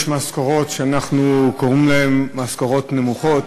יש משכורות שאנחנו קוראים להן משכורות נמוכות,